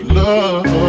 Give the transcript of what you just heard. love